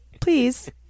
Please